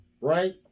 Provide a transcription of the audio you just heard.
Right